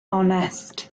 onest